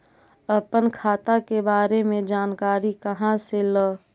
अपन खाता के बारे मे जानकारी कहा से ल?